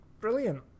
brilliant